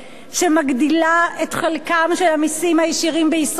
שמגדילה את חלקם של המסים הישירים בישראל,